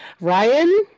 Ryan